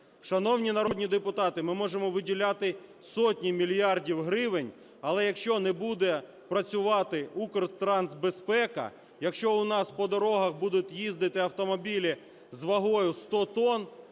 Шановні народні депутати, ми можемо виділяти сотні мільярдів гривень, але, якщо не буде працювати "Укртрансбезпека", якщо у нас по дорогах будуть їздити автомобілі з вагою 100 тонн,